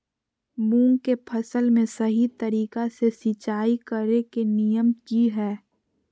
मूंग के फसल में सही तरीका से सिंचाई करें के नियम की हय?